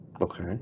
Okay